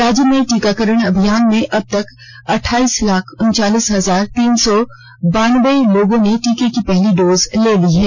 राज्य में टीकाकरण अभियान में अब तक अठाइस लाख उनचालीस हजार तीन सौ बेरानबे लोगों ने टीके की पहली डोज ले ली है